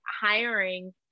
hiring